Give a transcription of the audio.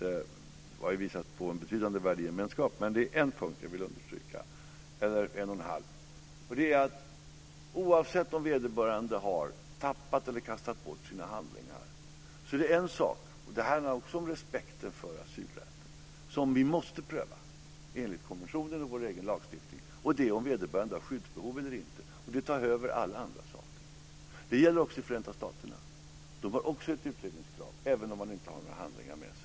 Vi har ju visat på en betydande värdegemenskap, men det är en punkt jag vill understryka, eller en och en halv: Oavsett om vederbörande har tappat eller kastat bort sina handlingar är det en sak - och det handlar också om respekten för asylrätten - som vi måste pröva, enligt konventionen och vår egen lagstiftning, och det är om vederbörande har skyddsbehov eller inte. Det tar över alla andra saker. Det gäller också i Förenta staterna. De har också ett utredningskrav, även om man inte har några handlingar med sig.